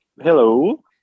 Hello